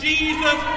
Jesus